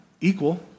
equal